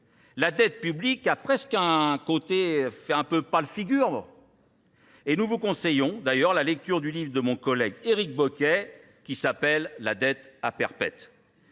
La dette publique a presque un côté, fait un peu pâle figure. Et nous vous conseillons d'ailleurs la lecture du livre de mon collègue Eric Bocquet qui s'appelle « La dette à perpètes ».